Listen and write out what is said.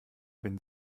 wenn